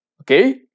Okay